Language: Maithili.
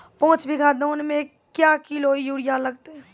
पाँच बीघा धान मे क्या किलो यूरिया लागते?